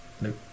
nope